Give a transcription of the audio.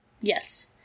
yes